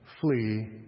flee